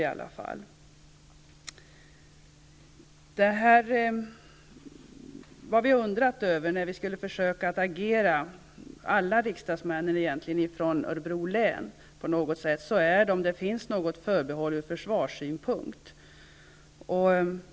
Det vi alla riksdagsmän från Örebro län undrade över när vi skulle försöka att agera, var om det finns något förbehåll ur försvarssynpunkt.